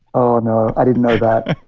oh, no, i didn't know that.